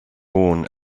born